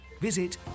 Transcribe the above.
Visit